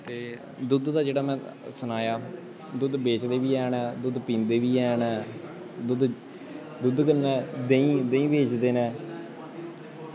ते दुद्ध दा जेह्ड़ा में सनाया दुद्ध बेचदे बी हैन दुद्ध पींदे बी हैन दुद्ध ते कन्नै देहीं बेचदे न